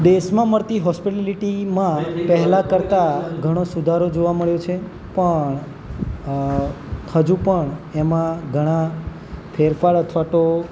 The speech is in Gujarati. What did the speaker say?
દેશમાં મળતી હોસ્પીટાલિટીમાં પહેલાં કરતાં ઘણો સુધારો જોવા મળ્યો છે પણ હજુ પણ એમાં ઘણાં ફેરફાર અથવા તો